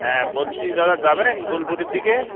হ্যাঁ বলছি দাদা যাবেন বোলপুরের দিকে